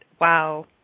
wow